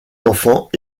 enfants